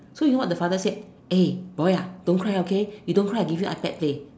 so you know what the father said eh boy don't cry okay you don't cry I give you play